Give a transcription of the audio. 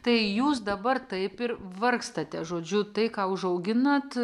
tai jūs dabar taip ir vargstate žodžiu tai ką užauginat